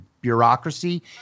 bureaucracy